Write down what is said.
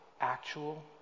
actual